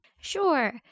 Sure